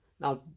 Now